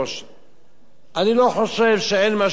אני לא חושב שאין משבר גלובלי,